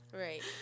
Right